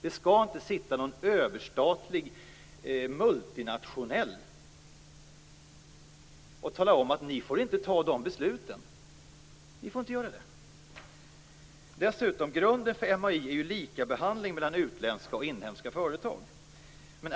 Det skall inte finnas någon överstatlig multinationell instans som talar om att de inte får fatta de besluten. Dessutom är grunden för MAI likabehandling av utländska och inhemska företag.